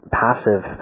passive